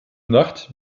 nacht